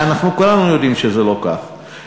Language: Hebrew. ואנחנו כולנו יודעים שזה לא כך,